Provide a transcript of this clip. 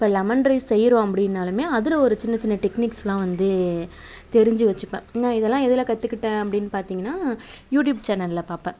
இப்போ lemon rice செய்கிறோம் அப்படின்னாலுமே அதில் ஒரு சின்ன சின்ன டெக்னிக்ஸ்செலாம் வந்து தெரிஞ்சு வச்சுப்பேன் நான் இதெல்லாம் எதில் கற்றுக்கிட்டேன் அப்படின்னு பார்த்திங்கன்னா யூடியூப் சேனலில் பார்ப்பேன்